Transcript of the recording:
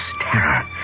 terror